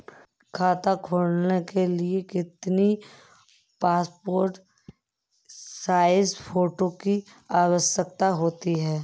खाता खोलना के लिए कितनी पासपोर्ट साइज फोटो की आवश्यकता होती है?